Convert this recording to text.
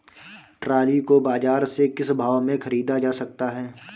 Trolley को बाजार से किस भाव में ख़रीदा जा सकता है?